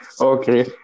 Okay